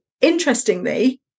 interestingly